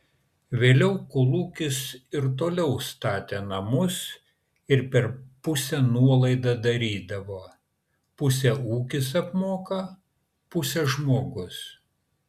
vėliau kolūkis ir toliau statė namus ir per pusę nuolaidą darydavo pusę ūkis apmoka pusę žmogus